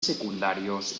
secundarios